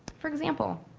for example,